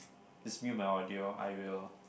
just me and my audio I will